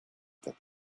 that